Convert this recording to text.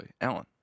Alan